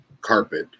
carpet